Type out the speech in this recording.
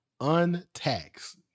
untaxed